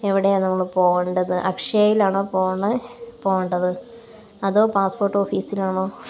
എവിടെ ആണ് നമ്മള് പോകേണ്ടത് അക്ഷയയിലാണോ പോണേ പോകേണ്ടത് അതോ പാസ്സ്പോര്ട്ട് ഓഫീസിലാണോ